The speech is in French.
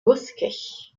bosquets